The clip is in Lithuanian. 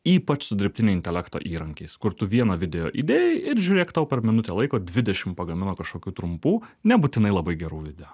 ypač su dirbtinio intelekto įrankiais kur tu vieną video idėjai ir žiūrėk tau per minutę laiko dvidešim pagamina kažkokių trumpų nebūtinai labai gerų video